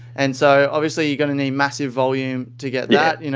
and so obviously, you're going to need massive volume to get that. you know